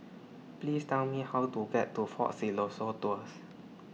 Please Tell Me How to get to Fort Siloso Tours